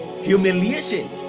humiliation